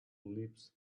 leaps